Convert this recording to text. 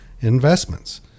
investments